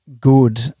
good